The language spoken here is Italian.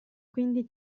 quindi